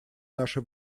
наше